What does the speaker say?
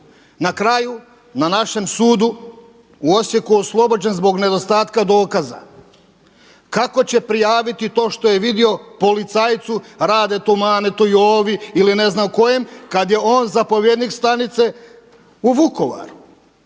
na kraju na našem sudu u Osijeku oslobođen zbog nedostatka dokaza. Kako će prijaviti to što je vidio policajcu Radetu, Manetu, Jovi ili ne znam kojem kad je on zapovjednik stanice u Vukovaru?